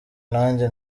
nanjye